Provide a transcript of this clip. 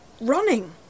running